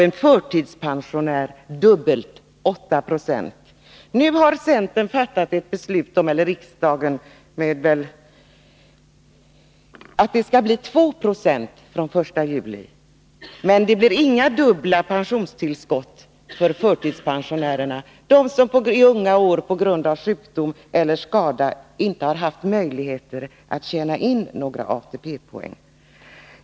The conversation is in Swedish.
En förtidspensionär fick dubbelt så mycket, 8 9. Nu har riksdagen fattat beslut om att det skall bli 2 96 fr.o.m. den 1 juli. Men det blir inga dubbla pensionstillskott för förtidspensionärerna, som i unga år på grund av sjukdom eller skada inte hade möjligheter att tjäna in några ATP-poäng.